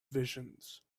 visions